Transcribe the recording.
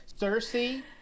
Cersei